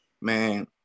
man